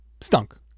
stunk